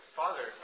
father